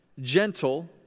gentle